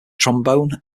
trombone